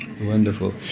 wonderful